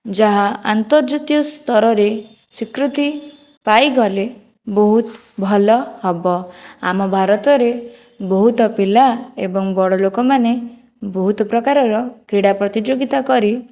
ଯାହା ଆନ୍ତର୍ଜାତୀୟ ସ୍ତରରେ ସ୍ୱୀକୃତି ପାଇ ଗଲେ ବହୁତ ଭଲ ହବ ଆମ ଭାରତରେ ବହୁତ ପିଲା ଏବଂ ବଡ଼ ଲୋକମାନେ ବହୁତ ପ୍ରକାରର କ୍ରୀଡ଼ା ପ୍ରତିଯୋଗିତା କରି